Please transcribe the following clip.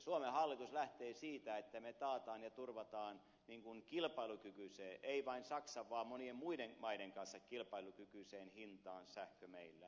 suomen hallitus lähtee siitä että taataan ja turvataan kilpailukykyiseen ei vain saksan vaan monien muiden maiden kanssa kilpailukykyiseen hintaan sähkö meillä